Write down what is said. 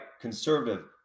conservative